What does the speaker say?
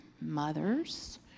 mothers